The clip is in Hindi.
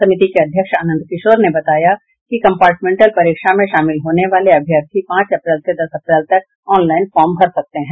समिति के अध्यक्ष आनंद किशोर ने बताया कि कंपार्टमेंटल परीक्षा में शामिल होने वाले अभ्यर्थी पांच अप्रैल से दस अप्रैल तक ऑनलाईन फार्म भर सकते हैं